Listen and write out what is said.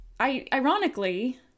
ironically